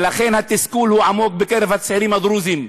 ולכן, התסכול עמוק בקרב הצעירים הדרוזים,